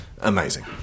Amazing